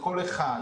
לכל אחד,